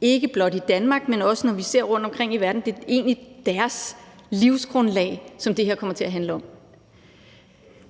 ikke blot i Danmark, men også når vi ser rundt omkring i verden, er det egentlig deres livsgrundlag, som det her kommer til at handle om.